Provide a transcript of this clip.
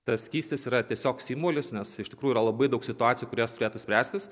tas skystis yra tiesiog simbolis nes iš tikrųjų yra labai daug situacijų kurios turėtų spręstis